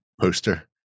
poster